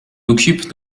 occupe